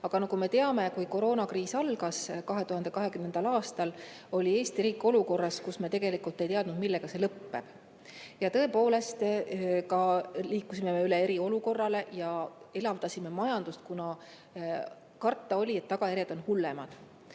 Aga nagu me teame, kui koroonakriis algas 2020. aastal, oli Eesti riik olukorras, kus me tegelikult ei teadnud, millega see lõpeb. Liikusime üle eriolukorrale ning elavdasime majandust, kuna karta oli, et tagajärjed on hullemad.